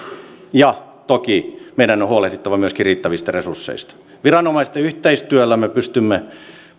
ja toki meidän on huolehdittava myöskin riittävistä resursseista viranomaisten yhteistyöllä me pystymme